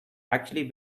actually